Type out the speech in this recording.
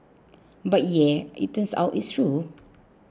but yeah it turns out it's true